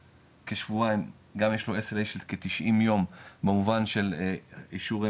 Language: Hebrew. כשבועיים גם יש לו SLA של כ-90 יום במובן של אישורים